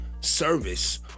service